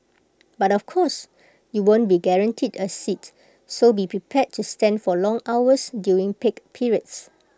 but of course you won't be guaranteed A seat so be prepared to stand for long hours during peak periods